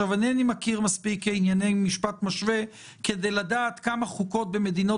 אינני מכיר מספיק ענייני משפט משווה כדי לדעת כמה חוקות במדינות